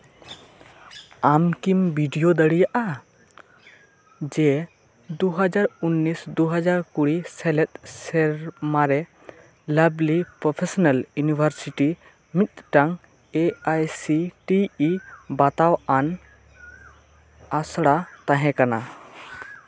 ᱟᱢ ᱠᱤᱢ ᱵᱤᱰᱭᱳ ᱫᱟᱲᱮᱭᱟᱜᱼᱟ ᱡᱮ ᱫᱩ ᱦᱟᱡᱟᱨ ᱩᱱᱤᱥ ᱫᱩ ᱦᱟᱡᱟᱨ ᱠᱩᱲᱤ ᱥᱮᱞᱮᱫ ᱥᱮᱨᱢᱟ ᱨᱮ ᱞᱟᱵᱷᱞᱤ ᱯᱨᱳᱯᱷᱮᱥᱚᱱᱟᱞ ᱤᱭᱩᱱᱤᱵᱷᱟᱨᱥᱤᱴᱤ ᱢᱤᱫᱴᱟᱝ A I C T E ᱵᱟᱛᱟᱣᱟᱱ ᱟᱥᱲᱟ ᱛᱟᱦᱮᱸ ᱠᱟᱱᱟ